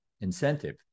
incentive